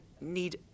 need